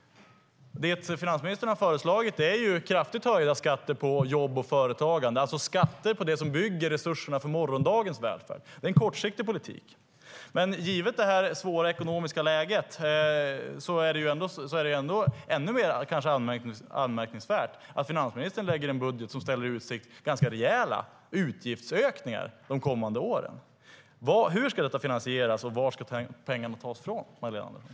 Det finansministern har föreslagit är kraftigt höjda skatter på jobb och företagande, alltså skatter på det som bygger resurserna för morgondagens välfärd. Det är en kortsiktig politik.